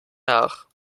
nach